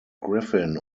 griffin